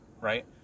right